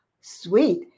Sweet